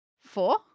four